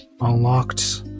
unlocked